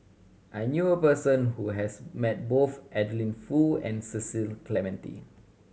I knew a person who has met both Adeline Foo and Cecil Clementi